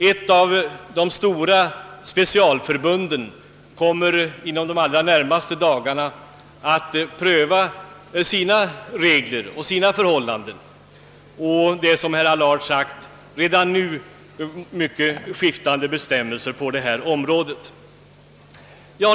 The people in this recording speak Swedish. Ett av de stora specialförbunden kommer inom de allra närmaste dagarna att pröva sina regler och förhållanden i detta avseende. Som herr Allard redan har sagt är de nuvarande bestämmelserna mycket skiftande.